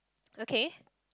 okay